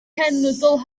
cenedl